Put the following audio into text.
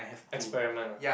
experiment ah